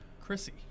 chrissy